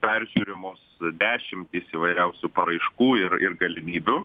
peržiūrimos dešimtys įvairiausių paraiškų ir ir galimybių